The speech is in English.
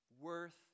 worth